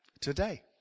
today